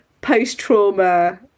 post-trauma